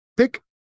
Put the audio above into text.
Pick